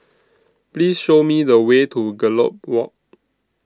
Please Show Me The Way to Gallop Walk